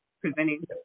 Presenting